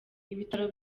ibitaro